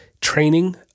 training